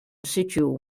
situ